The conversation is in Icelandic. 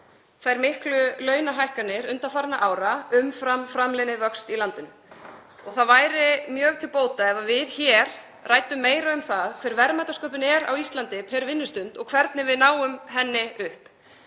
þær miklu launahækkanir undanfarinna ára umfram framleiðnivöxt í landinu. Það væri mjög til bóta ef við hér ræddum meira um það hver verðmætasköpunin er á Íslandi per vinnustund og hvernig við náum henni upp.